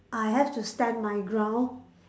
I have to stand my ground